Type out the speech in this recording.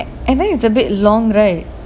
and then it's a bit long right